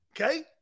Okay